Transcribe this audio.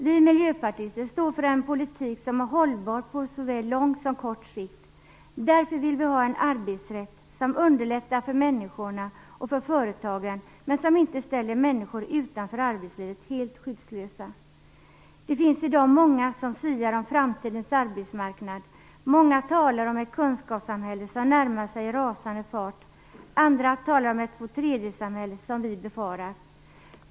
Vi miljöpartister står för en politik som är hållbar på såväl lång som kort sikt. Därför vill vi ha en arbetsrätt som underlättar för människorna och för företagarna men som inte ställer människor utanför arbetslivet helt skyddslösa. Det finns i dag många som siar om framtidens arbetsmarknad. Många talar om ett kunskapssamhälle som närmar sig i rasande fart. Andra talar om ett tvåtredjedelssamhälle, som vi befarar.